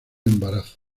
embarazo